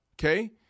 okay